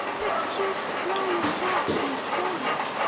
but you smile at that, yourself!